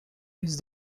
his